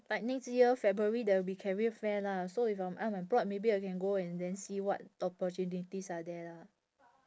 like next year february there will be career fair lah so if I'm I'm bored maybe I can go and then see what opportunities are there lah